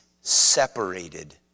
separated